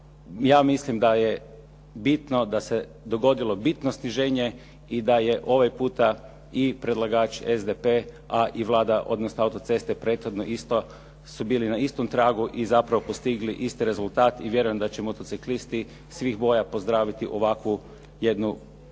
Ja mislim da je bitno da se dogodilo bitno sniženje i da je ovaj puta i predlagač SDP, a i Vlada, odnosno autoceste prethodno isto su bili na istom tragu i zapravo postigli isti rezultat i vjerujem da će motociklisti svih boja pozdraviti ovakvu jedno rješenje.